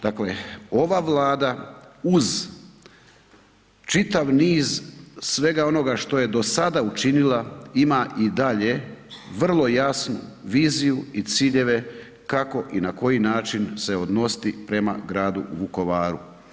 Dakle, ova Vlada uz čitav niz svega onoga što je do sada učinila ima i dalje vrlo jasnu viziju i ciljeve kako i na koji način se odnositi prema gradu Vukovaru.